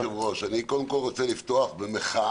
אדוני היושב-ראש, אני קודם כול רוצה לפתוח במחאה